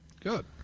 Good